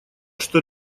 что